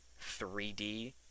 3d